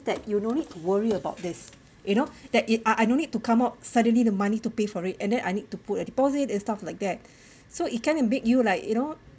that you no need to worry about this you know that it I I don't need to come up suddenly the money to pay for it and then I need to put a deposit and stuff like that so it can't beat you like you know